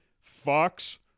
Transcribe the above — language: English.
Fox